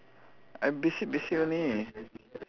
I'm basic basic only